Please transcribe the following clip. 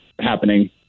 happening